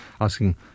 asking